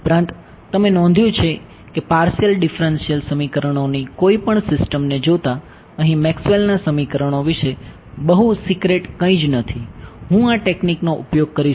ઉપરાંત તમે નોંધ્યું છે કે પાર્શિયલ ડિફરન્શિયલ સમીકરણોની કોઈપણ સિસ્ટમને જોતાં અહીં મેક્સવેલના સમીકરણો વિશે બહુ સિક્રેટ કંઈ નથી હું આ ટેક્નિકનો ઉપયોગ કરી શકું છું